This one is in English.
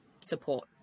support